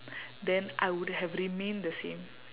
then I would have remained the same